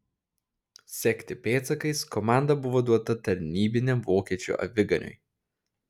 sekti pėdsakais komanda buvo duota tarnybiniam vokiečių aviganiui